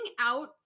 out